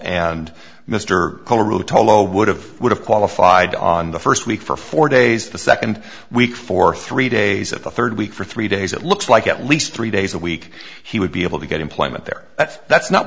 rotolo would of would have qualified on the first week for four days the second week for three days of the third week for three days it looks like at least three days a week he would be able to get employment there that's